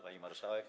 Pani Marszałek!